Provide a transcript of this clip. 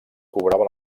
cobrava